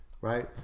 right